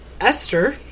Esther